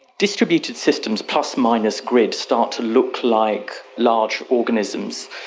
distributed systems plus minus grid starts to look like large organisms.